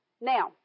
Now